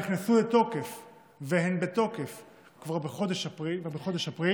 נכנסו לתוקף והן בתוקף כבר מחודש אפריל,